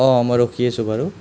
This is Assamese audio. অঁ মই ৰখি আছোঁ বাৰু